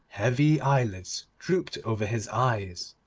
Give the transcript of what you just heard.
heavy eyelids drooped over his eyes.